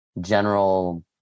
general